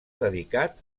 dedicat